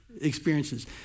experiences